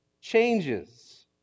changes